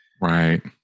right